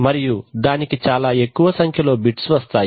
మరియు దానికి చాలా ఎక్కువ సంఖ్యలో బిట్స్ వస్తాయి